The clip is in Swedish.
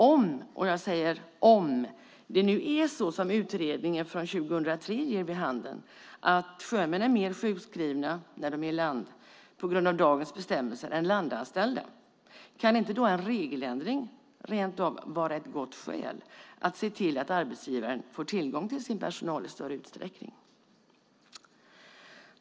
Om det verkligen är så som utredningen från 2003 ger vid handen, nämligen att sjömän på grund av dagens bestämmelser är mer sjukskrivna när de är i land än vad landanställda är, kan inte en regeländring då rent av vara ett gott skäl att se till att arbetsgivaren får tillgång till sin personal i större utsträckning?